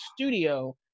studio